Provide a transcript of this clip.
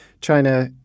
China